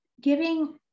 giving